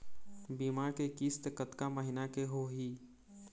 बीमा के किस्त कतका महीना के होही?